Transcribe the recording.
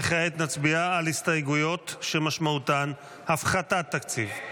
כעת נצביע על הסתייגויות שמשמעותן הפחתת תקציב.